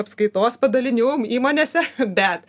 apskaitos padalinių įmonėse bet